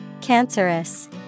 Cancerous